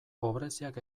pobreziak